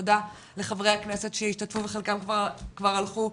תודה לחברי הכנסת שהשתתפו וחלקם כבר הלכו,